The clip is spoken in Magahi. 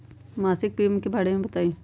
मासिक प्रीमियम के बारे मे बताई?